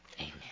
Amen